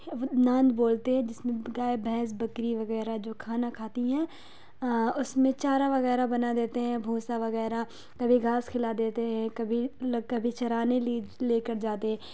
ناند بولتے ہیں جس میں گائے بھینس بکری وغیرہ جو کھانا کھاتی ہیں اس میں چارا وغیرہ بنا دیتے ہیں بھوسا وغیرہ کبھی گھاس کھلا دیتے ہیں کبھی کبھی چرانے لی لے کر جاتے ہیں